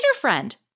friend